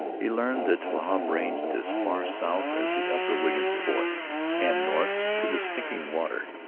he learned that wahb ranged as far south as the upper wiggins fork and north to the stinking water,